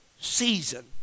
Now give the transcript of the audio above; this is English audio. season